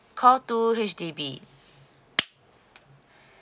call two H_D_B